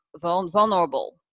vulnerable